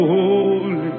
Holy